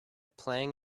playing